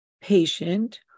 patient